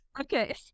Okay